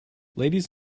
ladies